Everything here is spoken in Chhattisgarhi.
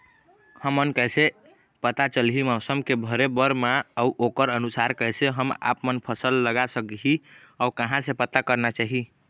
हमन कैसे पता चलही मौसम के भरे बर मा अउ ओकर अनुसार कैसे हम आपमन फसल लगा सकही अउ कहां से पता करना चाही?